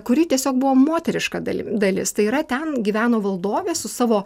kuri tiesiog buvo moteriška dali dalis tai yra ten gyveno valdovė su savo